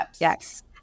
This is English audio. Yes